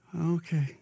Okay